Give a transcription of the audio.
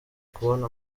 kubona